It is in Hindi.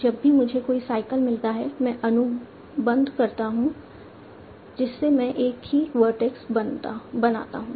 जब भी मुझे कोई साइकल मिलता है मैं अनुबंध करता हूं जिससे मैं एक ही वर्टेक्स बनाता हूं